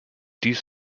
dies